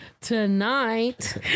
tonight